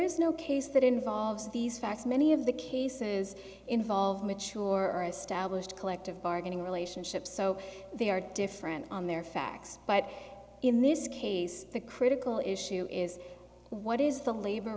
is no case that involves these facts many of the cases involve mature or established collective bargaining relationships so they are different on their facts but in this case the critical issue is what is the labor